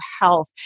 health